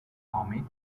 army